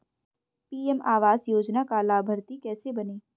PM आवास योजना का लाभर्ती कैसे बनें?